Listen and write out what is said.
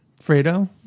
Fredo